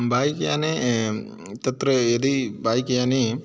bike याने तत्र यदी बैक् याने